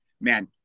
man